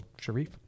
Sharif